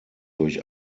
durch